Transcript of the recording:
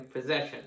possession